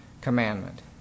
commandment